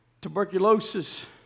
tuberculosis